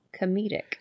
comedic